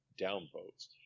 downvotes